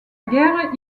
guerre